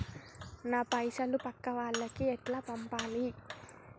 నా పైసలు పక్కా వాళ్లకి ఎట్లా పంపాలి?